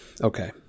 Okay